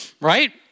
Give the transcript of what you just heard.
right